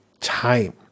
time